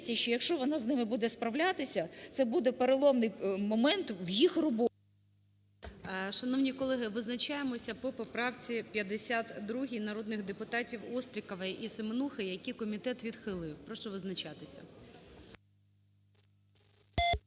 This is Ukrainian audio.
що якщо вона з ними буде справлятися, це буде переломний момент в їх роботі. ГОЛОВУЮЧИЙ. Шановні колеги, визначаємося по поправці 52, народних депутатів Острікової і Семенухи, які комітет відхилив. Прошу визначатися.